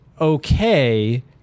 okay